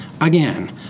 again